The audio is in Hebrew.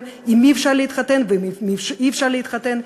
עם מי אפשר להתחתן ועם מי אי-אפשר להתחתן.